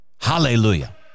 hallelujah